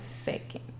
second